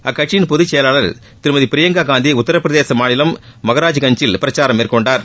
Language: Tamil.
அக்கட்சியின் பொதுச் செயலாளர் திருமதி பிரியங்கா காந்தி உத்தரப்பிரதேச மாநிலம் மஹாராஜ்கஞ்சில் பிரச்சாரம் மேற்கொண்டார்